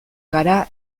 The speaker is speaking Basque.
gara